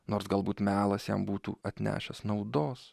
nors galbūt melas jam būtų atnešęs naudos